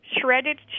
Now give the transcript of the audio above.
shredded